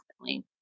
constantly